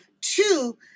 two